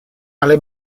alle